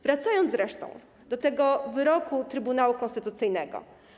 Wracając zresztą do tego wyroku Trybunału Konstytucyjnego.